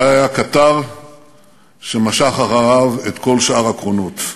זה היה הקטר שמשך אחריו את כל שאר הקרונות.